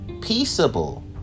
Peaceable